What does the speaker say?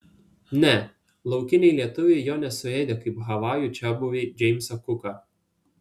ne laukiniai lietuviai jo nesuėdė kaip havajų čiabuviai džeimsą kuką